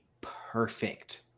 perfect